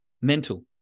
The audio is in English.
mental